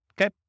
okay